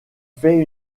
fait